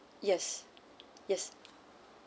yes yes